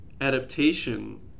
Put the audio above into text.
adaptation